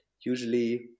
Usually